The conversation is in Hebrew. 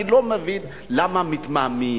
אני לא מבין למה מתמהמהים.